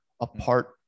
apart